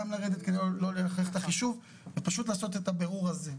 לרדת כדי לא ללכלכך את החישוב ופשוט לעשות את הבירור הזה.